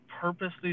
purposely